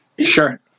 Sure